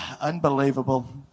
Unbelievable